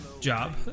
job